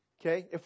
Okay